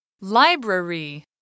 Library